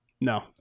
No